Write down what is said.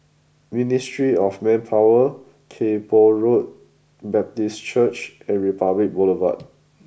Ministry of Manpower Kay Poh Road Baptist Church and Republic Boulevard